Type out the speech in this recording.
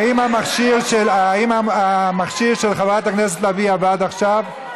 האם המכשיר של חברת הכנסת לביא עבד עכשיו?